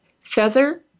Feather